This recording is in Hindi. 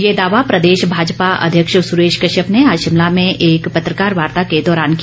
ये दावा प्रदेश भाजपा अध्यक्ष सुरेश कश्यप ने आज शिमला में एक पत्रकार वार्ता के दौरान किया